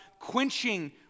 quenching